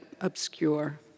obscure